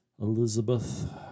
Elizabeth